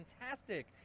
fantastic